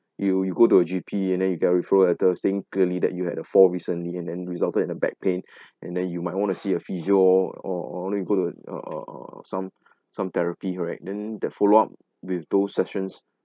you you go to a G_P and then you get referral letter saying clearly that you had a fall recently and then resulted in a back pain and then you might wanna see a physio or you go to or or or some some therapy right then the follow up with those sessions